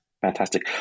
Fantastic